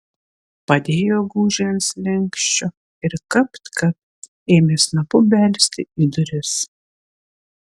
padėjo gūžį ant slenksčio ir kapt kapt ėmė snapu belsti į duris